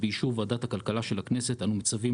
ובאישור ועדת הכלכלה של הכנסת אנו מצווים